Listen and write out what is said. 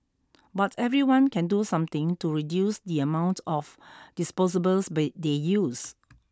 but everyone can do something to reduce the amount of disposables but they use